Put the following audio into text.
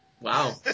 Wow